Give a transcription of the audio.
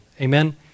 Amen